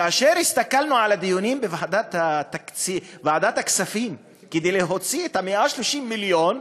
כאשר הסתכלנו על הדיונים בוועדת הכספים כדי להוציא את ה-130 מיליון,